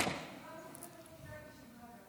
היו ככה והיו גם ככה,